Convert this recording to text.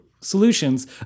Solutions